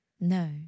No